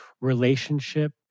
relationship